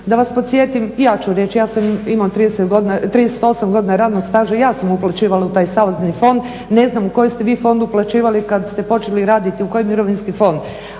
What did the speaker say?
da vas podsjetim ja ću reći, imam 38 godina radnog staža, ja sam uplaćivala u taj savezni fond, ne znam u koji ste vi fond uplaćivali kad ste počeli raditi, u koji mirovinski fond